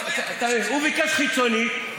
הוא ביקש חיצונית,